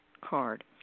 Card